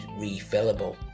refillable